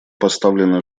поставлена